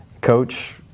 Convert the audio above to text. Coach